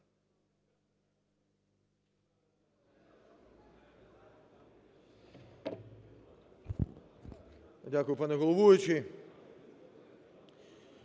Дякую, пане головуючий.